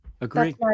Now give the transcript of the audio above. Agree